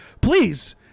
Please